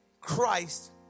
Christ